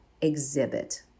exhibit